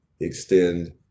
extend